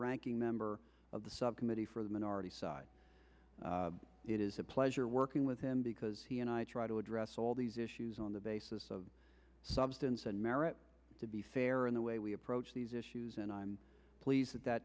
ranking member of the subcommittee for the minority side it is a pleasure working with him because he and i try to address all these issues on the basis of substance and merit to be fair in the way we approach these issues and i'm pleased that